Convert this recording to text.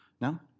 Now